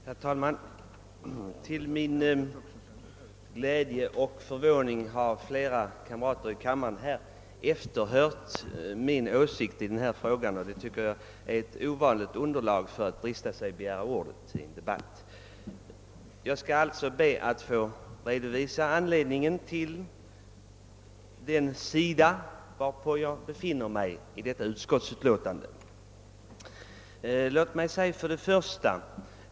Herr talman! Till min glädje och förvåning har flera kamrater i kammaren efterhört min åsikt i denna fråga. Det är ett ovanligt underlag för en riksdagsman att begära ordet i en debatt. Jag skall alltså be att få redovisa anledningen till att jag i detta fall hör till majoriteten inom utskottet.